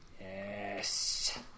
Yes